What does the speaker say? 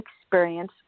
experience